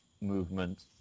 movement